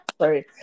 Sorry